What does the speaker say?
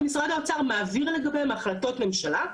ומשרד האוצר מעביר לגביהם החלטות ממשלה,